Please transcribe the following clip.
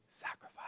sacrifice